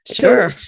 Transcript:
Sure